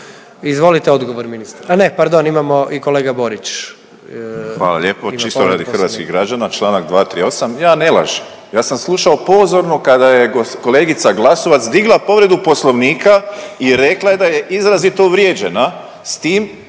povredu Poslovnika. **Borić, Josip (HDZ)** Hvala lijepo. Čisto radi hrvatskih građana, Članak 238., ja ne lažem ja sam slušao pozorno kada je kolegica Glasovac digla povredu Poslovnika i rekla je da je izrazito uvrijeđena s tim